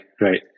right